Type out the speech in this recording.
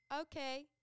Okay